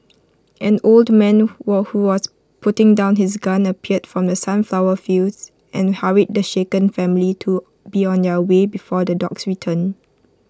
an old man who was putting down his gun appeared from the sunflower fields and hurried the shaken family to be on their way before the dogs return